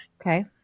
Okay